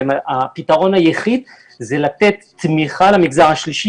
הפתרון היחיד הוא לתת תמיכה למגזר השלישי